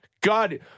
God